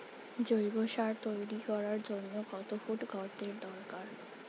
জৈব সার তৈরি করার জন্য কত ফুট গর্তের দরকার?